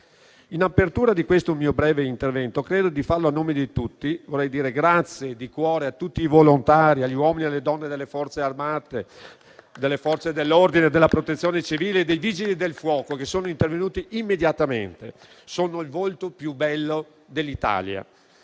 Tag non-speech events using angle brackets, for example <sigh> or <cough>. In apertura di questo mio breve intervento, facendolo a nome di tutti, vorrei dire grazie di cuore a tutti i volontari, agli uomini e alle donne delle Forze armate, delle Forze dell'ordine, della Protezione civile, dei Vigili del fuoco, che sono intervenuti immediatamente. <applause> Sono il volto più bello dell'Italia.